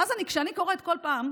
ואז כשאני קוראת כל פעם,